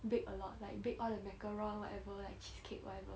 bake a lot like bake all the macaron whatever and cheesecake whatever